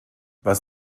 was